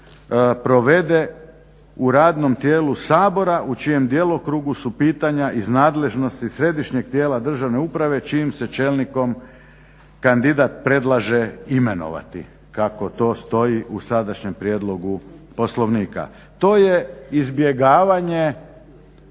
provede u radnom tijelu Sabora u čijem djelokrugu su pitanja iz nadležnosti središnjeg tijela državne uprave čijim se čelnikom kandidat predlaže imenovati kako to stoji u sadašnjem prijedlogu Poslovnika. To je izbjegavanje